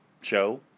show